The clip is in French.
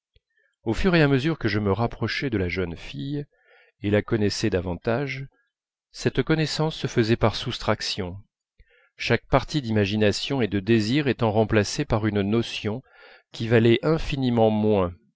au fur et à mesure que je me rapprochais de la jeune fille et la connaissais davantage cette connaissance se faisait par soustraction chaque partie d'imagination et de désir étant remplacée par une notion qui valait infiniment moins